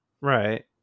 Right